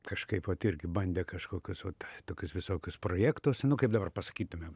kažkaip vat irgi bandė kažkokius va tokius visokius projektus nu kaip dabar pasakytumėm